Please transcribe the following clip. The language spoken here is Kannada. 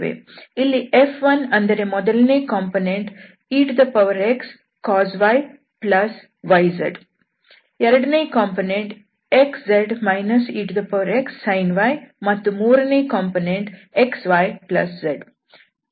ಇಲ್ಲಿ F1 ಅಂದರೆ ಮೊದಲನೇ ಕಾಂಪೊನೆಂಟ್ excos yyz ಎರಡನೇ ಕಾಂಪೊನೆಂಟ್ xz exsin y ಮತ್ತು ಮೂರನೇ ಕಾಂಪೊನೆಂಟ್ xyz